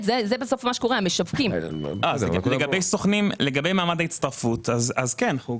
לגבי מעמד ההצטרפות, כן.